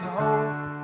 hope